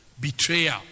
betrayal